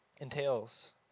entails